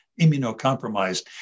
immunocompromised